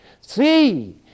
See